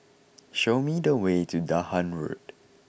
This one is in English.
show me the way to Dahan Road